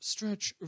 Stretch